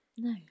no